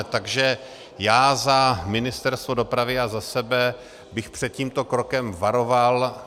Takže já za Ministerstvo dopravy a za sebe bych před tímto krokem varoval.